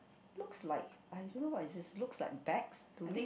looks like I don't know what is this looks like bags to me